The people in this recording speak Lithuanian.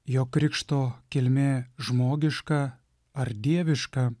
jo krikšto kilmė žmogiška ar dieviška